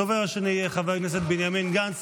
הדובר השני יהיה חבר הכנסת בנימין גנץ.